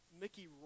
Mickey